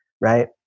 right